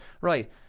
right